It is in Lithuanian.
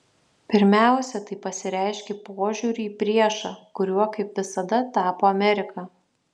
pirmiausia tai pasireiškė požiūriu į priešą kuriuo kaip visada tapo amerika